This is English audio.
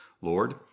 Lord